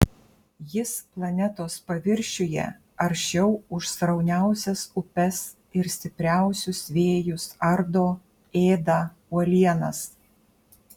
jis planetos paviršiuje aršiau už srauniausias upes ir stipriausius vėjus ardo ėda uolienas